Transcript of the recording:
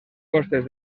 costes